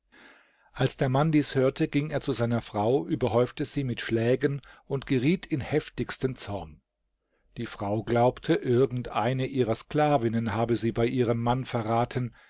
als der mann dies hörte ging er zu seiner frau überhäufte sie mit schlägen und geriet in den heftigsten zorn die frau glaubte irgend eine ihrer sklavinnen habe sie bei ihrem mann verraten